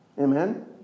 Amen